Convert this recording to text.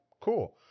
cool